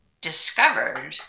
discovered